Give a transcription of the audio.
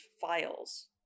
files